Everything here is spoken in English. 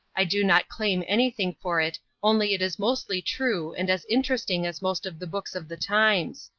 i do not claim anything for it only it is mostly true and as interesting as most of the books of the times.